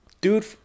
Dude